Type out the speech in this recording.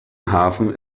hafen